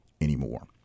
anymore